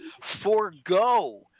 Forgo